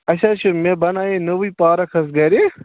اَسہِ حظ چھِ مےٚ بَناے نٔوٕے پارک حظ گَرِ